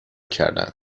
کردن